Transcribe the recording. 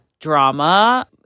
drama